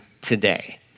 today